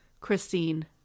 Christine